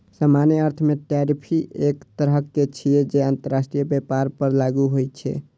सामान्य अर्थ मे टैरिफ एक तरहक कर छियै, जे अंतरराष्ट्रीय व्यापार पर लागू होइ छै